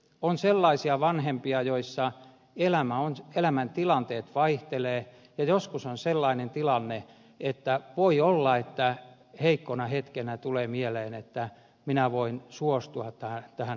on sellaisia vanhempia joiden elämäntilanteet vaihtelevat ja joskus on sellainen tilanne että voi olla että heikkona hetkenä tulee mieleen että minä voin suostua tähän adoptioon